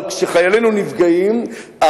אבל כשחיילינו נפגעים,